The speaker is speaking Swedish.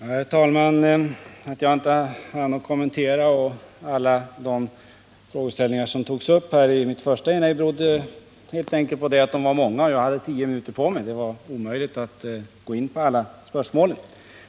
Herr talman! Att jag i mitt första inlägg inte hann kommentera alla de frågeställningar som togs upp berodde helt enkelt på att de var många och att jag bara hade tio minuter på mig. Det var omöjligt att gå in på alla spörsmål.